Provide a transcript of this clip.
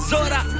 Zora